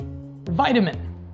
vitamin